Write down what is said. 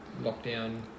lockdown